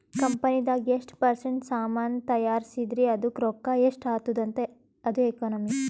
ಕಂಪನಿದಾಗ್ ಎಷ್ಟ ಪರ್ಸೆಂಟ್ ಸಾಮಾನ್ ತೈಯಾರ್ಸಿದಿ ಅದ್ದುಕ್ ರೊಕ್ಕಾ ಎಷ್ಟ ಆತ್ತುದ ಅದು ಎಕನಾಮಿ